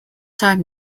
time